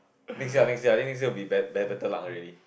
next year ah next year I think next year will be be~ better luck already